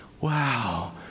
wow